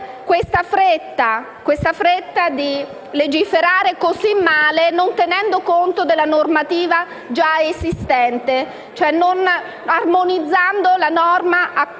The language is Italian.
questa fretta di legiferare così male, non tenendo conto della normativa già esistente e non armonizzando la norma